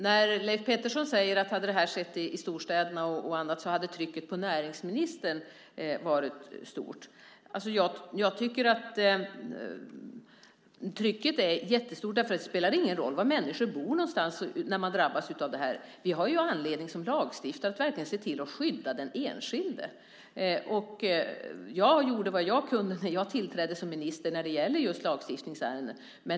Leif Pettersson säger att om detta hade skett i någon av storstäderna hade trycket på näringsministern varit större. Jag tycker att trycket är jättestort, för det spelar ingen roll var människor bor när de drabbas av något sådant. Vi har som lagstiftare anledning att verkligen se till att skydda den enskilde. Jag gjorde vad jag kunde när jag tillträdde som minister vad gäller lagstiftningsärendet.